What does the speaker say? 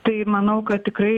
tai manau kad tikrai